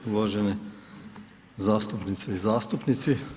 Uvažene zastupnice i zastupnici.